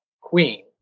queen